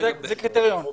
זה קריטריון?